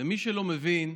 למי שלא מבין,